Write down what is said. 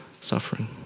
Suffering